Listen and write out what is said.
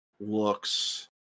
looks